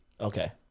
Okay